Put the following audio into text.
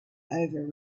over